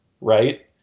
right